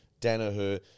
Danaher